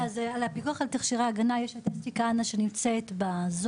לגבי הפיקוח על תכשירי הגנה יש את אסתי כהנא שנמצאת בזום,